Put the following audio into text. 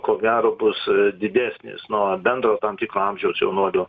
ko gero bus didesnis nuo bendro tam tikro amžiaus jaunuolių